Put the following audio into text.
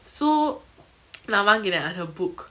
so நா வாங்கின:na vangina I have book